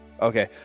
Okay